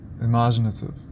imaginative